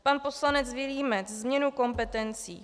Pan poslanec Vilímec změnu kompetencí.